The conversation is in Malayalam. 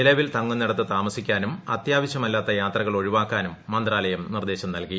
നിലവിൽ തങ്ങുന്നിടത്ത് താമസിക്കാനും അത്യാവശ്യമല്ലാത്ത യാത്രകൾ ഒഴിവാക്കാനും മന്ത്രാലയം നിർദ്ദേശം നൽകി